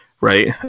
right